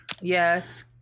yes